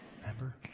Remember